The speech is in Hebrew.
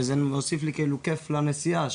וזה מוסיף לי "כיף" לנסיעה,